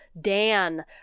Dan